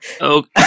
okay